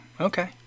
okay